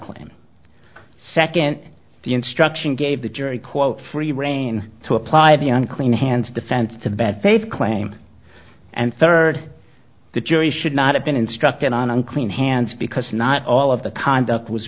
claim second the instruction gave the jury quote free reign to apply the unclean hands defense to bad faith claim and third the jury should not have been instructed on unclean hands because not all of the conduct was